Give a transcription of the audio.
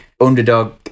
underdog